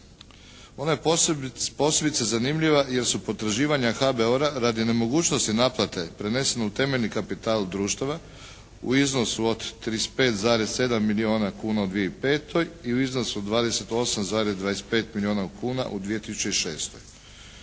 Ona je posebice zanimljiva jer su potraživanja HBOR-a radi nemogućnosti naplate prenesenog u temeljni kapital društava u iznosu od 35,7 milijuna kuna u 2005. i u iznosu 28,25 milijuna kuna u 2006.